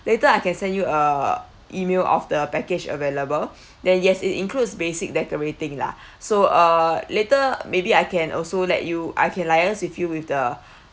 later I can send you uh email of the package available then yes it includes basic decorating lah so uh later maybe I can also let you I can liaise with you with the